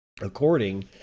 According